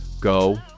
Go